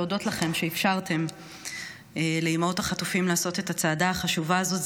להודות לכם שאפשרתם לאימהות החטופים לעשות את הצעדה החשובה הזאת.